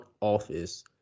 office